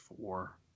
four